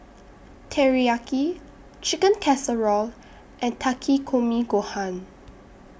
Teriyaki Chicken Casserole and Takikomi Gohan